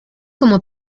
como